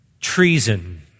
treason